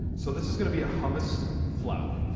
so this is gonna be a hummus flour.